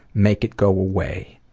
make it go away.